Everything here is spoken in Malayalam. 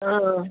ആ ആ